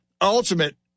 ultimate